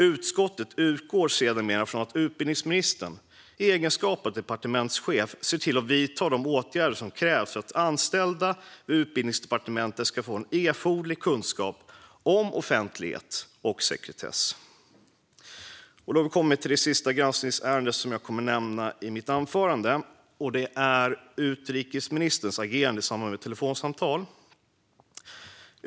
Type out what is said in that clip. Utskottet utgår sedermera från att utbildningsministern i egenskap av departementschef ser till att vidta de åtgärder som krävs för att anställda vid Utbildningsdepartementet ska ha erforderlig kunskap om offentlighet och sekretess. Då har vi kommit till det sista granskningsärende som jag kommer att nämna i mitt anförande. Det handlar om utrikesministerns agerande i samband med ett telefonsamtal.